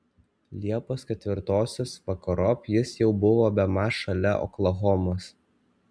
liepos ketvirtosios vakarop jis jau buvo bemaž šalia oklahomos